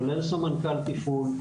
כולל סמנכ"ל תפעול,